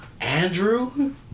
Andrew